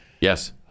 yes